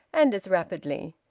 and as rapidly.